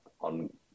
on